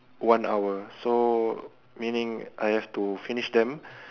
one hour so meaning I have to finish them